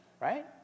right